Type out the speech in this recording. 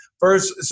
first